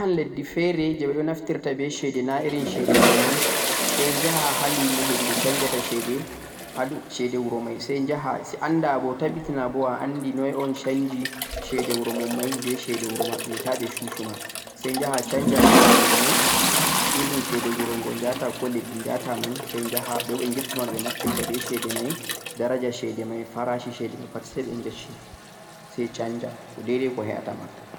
to'a yahan leddi fere jeh bedo naftirta beh chede na irin chede wuro mon sai nyaha ha lumo hedi beh chanja chede chede wuro mai sai nyaja anda boh tabbita na boh a andi noi on chanji chede wuro mon mai beh chede wuro mabbe tabeh chuchima sai nyajha chanja chede ma mai irin chede wuro go yahata ko leddi yahata mai sai yaha to beh nafturta no beh chede mai daraja chede mai farashi chede mai pat sai beh yecche sai chanja deidei ko he'a tama